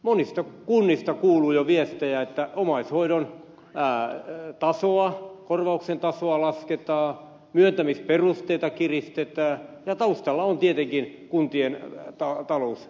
monista kunnista kuuluu jo viestejä että omaishoidon korvauksen tasoa lasketaan myöntämisperusteita kiristetään ja taustalla on tietenkin kuntien talousahdinko